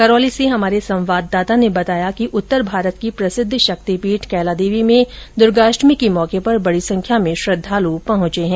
करौली से हमारे संवाददाता ने बताया कि उत्तर भारत की प्रसिद्ध शक्ति पीठ कैलादेवी में दुर्गाष्टमी के मौके पर बड़ी संख्या में श्रद्धालु पहुंच रहे है